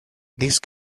these